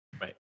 Right